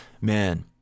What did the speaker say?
man